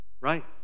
right